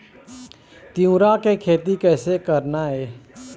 तिऊरा के खेती कइसे करना हे?